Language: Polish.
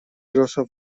grosza